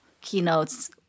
keynotes